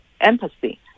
empathy